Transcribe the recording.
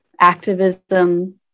activism